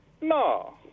No